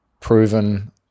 proven